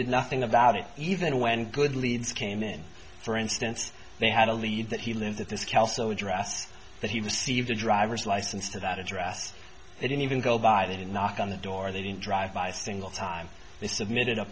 did nothing about it even when good leads came in for instance they had a lead that he lived at this kelso address that he was steve the driver's license to that address they didn't even go by that and knock on the door they didn't drive by single time they submitted a